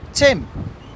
Tim